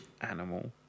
animal